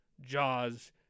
Jaws